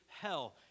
hell